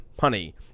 Honey